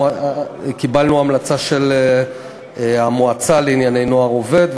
קיבלנו המלצה של המועצה לענייני נוער עובד,